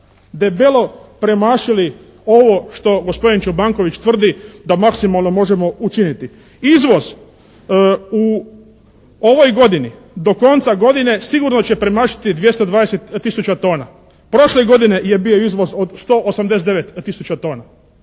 debelo premašili ovo što gospodin Čobanković tvrdi da maksimalno možemo učiniti. Izvoz u ovoj godini, do konca godine sigurno će premašiti 220 tisuća tona. Prošle godine je bio izvoz od 189 tisuća tona.